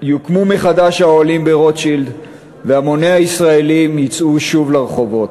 יוקמו מחדש האוהלים ברוטשילד והמוני הישראלים יצאו שוב לרחובות.